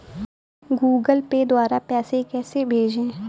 Google Pay द्वारा पैसे कैसे भेजें?